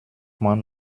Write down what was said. man